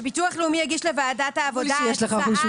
מבקשים שביטוח לאומי יגיש לוועדת העבודה הצעה